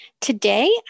Today